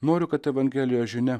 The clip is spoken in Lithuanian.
noriu kad evangelijos žinia